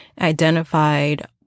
identified